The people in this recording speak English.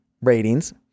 ratings